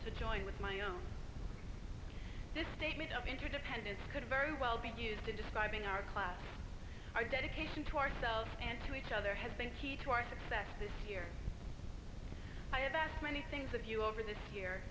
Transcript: to join with my own this statement of interdependence could very well be used to describe in our class our dedication to ourselves and to each other has think key to our success this year i have asked many things of you over this